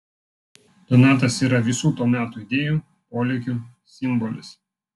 donatas yra visų to meto idėjų polėkių simbolis